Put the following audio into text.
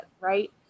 right